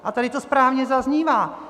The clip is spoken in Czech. A tady to správně zaznívá.